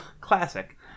Classic